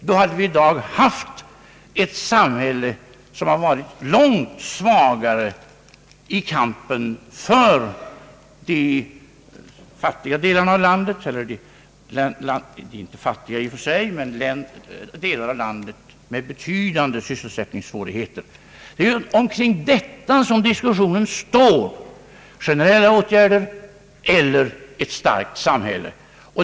Då hade vi i dag haft ett samhälle som varit långt svagare i kampen för de delar av landet som visserligen inte kan betecknas som fattiga men som ändå har betydande sysselsättningssvårigheter. Det är kring detta som diskussionen står: generella åtgärder eller ett starkt samhälle.